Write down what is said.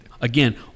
again